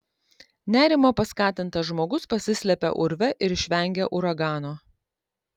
nerimo paskatintas žmogus pasislepia urve ir išvengia uragano